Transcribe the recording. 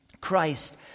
Christ